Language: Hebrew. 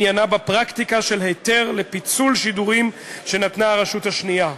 עניינה בפרקטיקה של היתר לפיצול שידורים שנתנה הרשות השנייה.